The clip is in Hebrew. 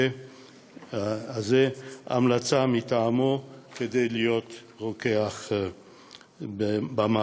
הזה המלצה מטעמו כדי להיות רוקחים במערכת.